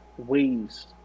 Ways